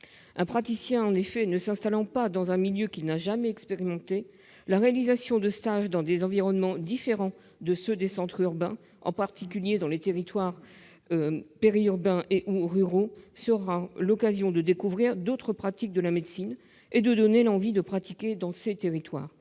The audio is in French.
Un praticien ne s'installant pas dans un milieu qu'il n'a jamais expérimenté, la réalisation de stages dans des environnements différents de ceux des centres urbains, en particulier dans les territoires périurbains ou ruraux, sera l'occasion de découvrir d'autres pratiques de la médecine et de donner l'envie de pratiquer dans ces territoires.